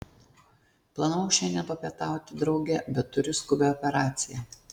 planavau šiandien papietauti drauge bet turiu skubią operaciją